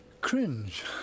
cringe